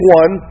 one